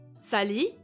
Sally